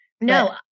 no